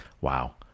Wow